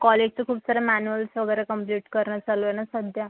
कॉलेजचं खूप सारं मॅन्युअल्स वगैरे कंपलिट करणं चालू आहे नं सध्या